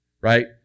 right